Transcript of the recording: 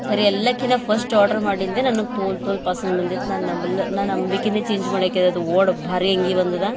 ಖರೆ ಎಲ್ಲಕ್ಕಿನ first order ಮಾಡಿಂದೆ ನಾನು ತೋಲ್ ತೋಲ್ ಪಸಂದ್ ಬಂದಿತ್ತು ನಾನು ನಂಬಲ್ಲ ನಾ ನಂಬಿಕೆ ಚೇಂಜ್ ಮಾಡ್ಯಾಕಿರೊದು ಓಡ್ ಭಾರಿ ಅಂಗಿ ಬಂದದ